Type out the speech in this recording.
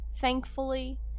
thankfully